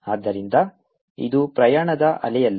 ಆದ್ದರಿಂದ ಇದು ಪ್ರಯಾಣದ ಅಲೆಯಲ್ಲ